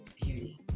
beauty